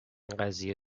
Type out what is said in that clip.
قضیه